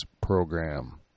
program